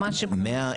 לא,